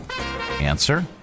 Answer